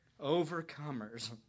Overcomers